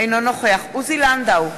אינו נוכח עוזי לנדאו,